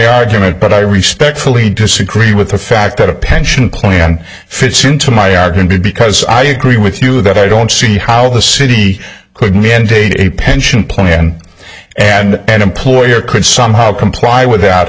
argument but i respect fully disagree with the fact that a pension plan fits into my are going to because i agree with you that i don't see how the city could mandate a pension plan and an employer could somehow comply without